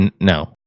No